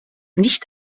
nicht